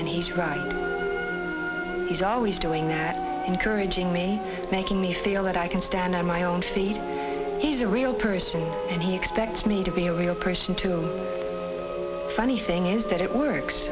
and he's right he's always doing that encouraging me making me feel that i can stand on my own feet he's a real person and he expects me to be a real person too funny thing is that it works